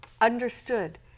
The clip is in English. understood